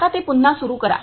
आता ते पुन्हा सुरू करा